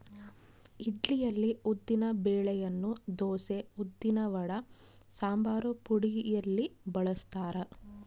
ಇಡ್ಲಿಯಲ್ಲಿ ಉದ್ದಿನ ಬೆಳೆಯನ್ನು ದೋಸೆ, ಉದ್ದಿನವಡ, ಸಂಬಾರಪುಡಿಯಲ್ಲಿ ಬಳಸ್ತಾರ